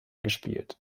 gespielt